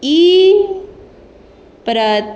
इ प्रत